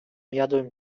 jadłem